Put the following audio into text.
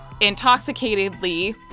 intoxicatedly